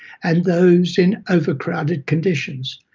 and those in overcrowded conditions.